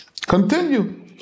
Continue